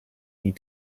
need